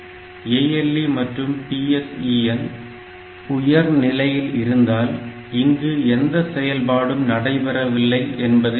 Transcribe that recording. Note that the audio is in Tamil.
ALE மற்றும் PSEN உயர் நிலையில் இருந்தால் இங்கு எந்த செயல்பாடும் நடைபெறவில்லை என்பதை குறிக்கும்